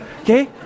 okay